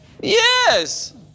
Yes